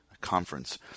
Conference